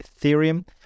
Ethereum